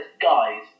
guys